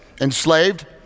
enslaved